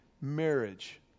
marriage